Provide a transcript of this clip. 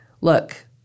look